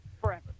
forever